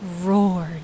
roared